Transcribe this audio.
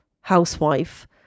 housewife